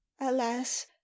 alas